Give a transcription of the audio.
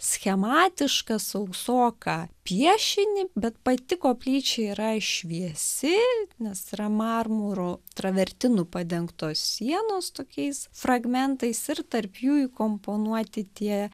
schematišką sausoką piešinį bet pati koplyčia yra šviesi nes yra marmuru travertinu padengtos sienos tokiais fragmentais ir tarp jų įkomponuoti tie